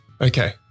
Okay